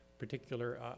particular